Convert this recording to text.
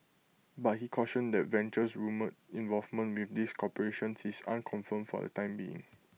but he cautioned that Venture's rumoured involvement with these corporations is unconfirmed for the time being